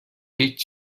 هیچ